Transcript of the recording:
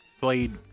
played